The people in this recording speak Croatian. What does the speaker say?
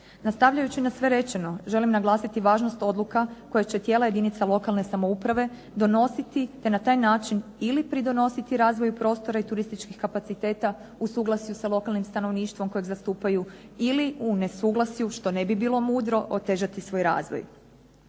Nastavljajući na sve rečeno želim naglasiti važnost odluka koje će tijela jedinica lokalne samouprave donositi te na taj način ili pridonositi razvoju prostora i turističkih kapaciteta u suglasju sa lokalnim stanovništvom kojeg zastupaju ili u nesuglasju, što bi ne bi bilo mudro, otežati svoj razvoj.